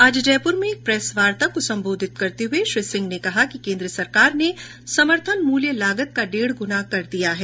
आज जयपुर में एक प्रेस वार्ता को संबोधित करते हुए श्री सिंह ने कहा कि केन्द्र सरकार ने समर्थन मृल्य लागत का डेढ गुना कर दिया है